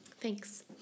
Thanks